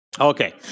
Okay